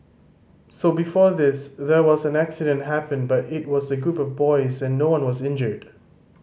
so before this there was an accident happened but it was a group of boys and no one was injured